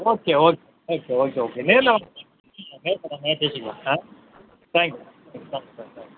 okay okay okay okay okay நேரில் வாங்க நேரில் வாங்க பேசிக்கலாம் ஆ தேங்க்ஸ்